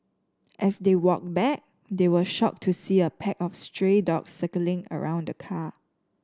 as they walked back they were shocked to see a pack of stray dogs circling around the car